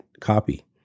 copy